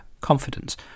confidence